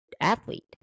athlete